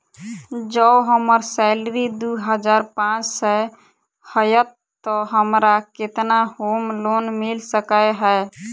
जँ हम्मर सैलरी दु हजार पांच सै हएत तऽ हमरा केतना होम लोन मिल सकै है?